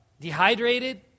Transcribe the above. dehydrated